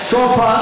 סופה,